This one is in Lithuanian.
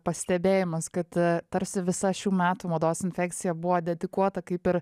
pastebėjimas kad tarsi visa šių metų mados infekcija buvo dedikuota kaip ir